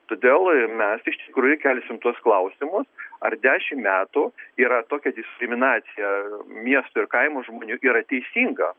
todėl ir mes iš tikrųjų kelsim tuos klausimus ar dešimt metų yra tokia diskriminacija miesto ir kaimo žmonių yra teisinga